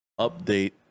update